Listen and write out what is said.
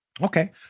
Okay